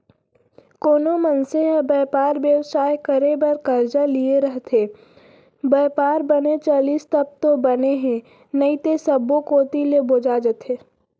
कोनो मनसे ह बयपार बेवसाय करे बर करजा लिये रइथे, बयपार बने चलिस तब तो बने हे नइते सब्बो कोती ले बोजा जथे